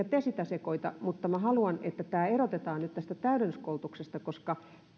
niitä sekoita mutta minä haluan että työnohjaus erotetaan nyt tästä täydennyskoulutuksesta koska